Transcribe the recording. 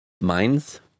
mines